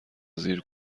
زیر